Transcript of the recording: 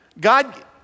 God